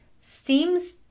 seems